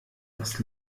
das